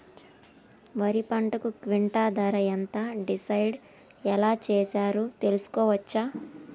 వరి పంటకు క్వింటా ధర ఎంత డిసైడ్ ఎలా చేశారు తెలుసుకోవచ్చా?